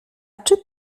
czy